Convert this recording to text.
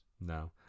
No